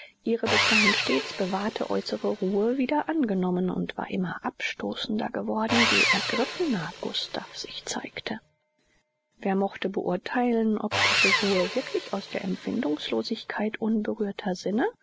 ihre bis dahin stets bewahrte äußerliche ruhe wieder angenommen und war immer abstoßender geworden je ergriffener gustav sich zeigte wer mochte beurtheilen ob diese ruhe wirklich aus der empfindungslosigkeit unberührter sinne